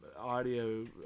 audio